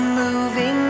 moving